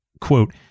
quote